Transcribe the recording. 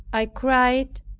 i cried,